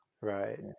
Right